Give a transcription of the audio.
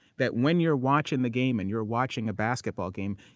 that when you're watching the game and you're watching a basketball game,